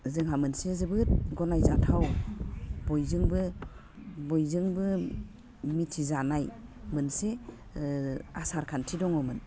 जोंहा मोनसे जोबोद गनायजाथाव बयजोंबो बयजोंबो मिथिजानाय मोनसे आसारखान्थि दङमोन